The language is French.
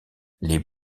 les